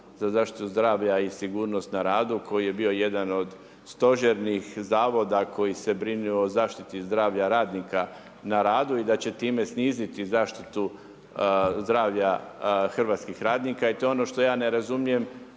za zaštitu zdravlja i sigurnost na radu koji je bio jedan od stožernih Zavoda koji se brinuo o zaštiti zdravlja radnika na radu, i da će time sniziti zaštitu zdravlja Hrvatskih radnika. I to je ono što ja ne razumijem,